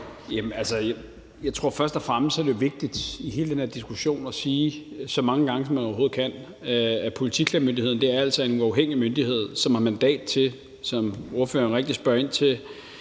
Jeg tror først og fremmest, at det i hele den her diskussion er vigtigt, at man så mange gange, som man overhovedet kan, siger, at Politiklagemyndigheden altså er en uafhængig myndighed, som har mandat til, som ordføreren rigtigt siger i sit